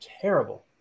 terrible